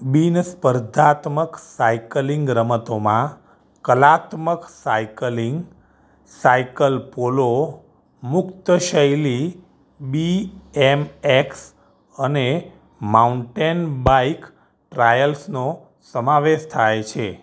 બિનસ્પર્ધાત્મક cycling રમતોમાં કલાત્મક cycling cycle polo મુક્તશૈલી બી એમ એક્સ અને માઉન્ટેન બાઇક ટ્રાયલ્સનો સમાવેશ થાય છે